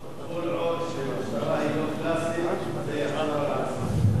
כל עוד המשטרה היא לא קלאסית זה יחזור על עצמו.